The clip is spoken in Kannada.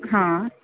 ಹಾಂ